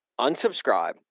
unsubscribe